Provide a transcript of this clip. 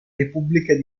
repubblica